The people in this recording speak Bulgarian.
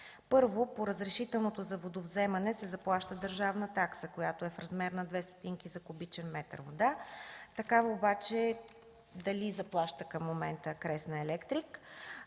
Първо, по разрешителното за водовземане се заплаща държавна такса, която е в размер на 2 стотинки за кубичен метър вода. Такава обаче дали заплаща към момента „Кресна Електрик”,